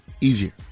easier